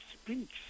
speaks